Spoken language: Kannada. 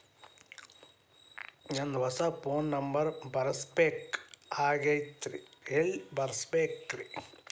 ನಂದ ಹೊಸಾ ಫೋನ್ ನಂಬರ್ ಬರಸಬೇಕ್ ಆಗೈತ್ರಿ ಎಲ್ಲೆ ಬರಸ್ಬೇಕ್ರಿ?